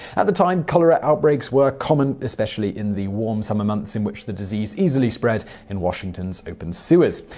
at the time, cholera outbreaks were common especially in the warm summer months in which the disease easily spread in washington's open sewers.